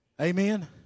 Amen